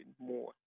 more